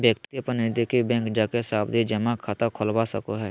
व्यक्ति अपन नजदीकी बैंक जाके सावधि जमा खाता खोलवा सको हय